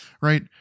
Right